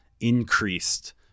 increased